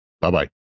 bye-bye